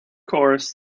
course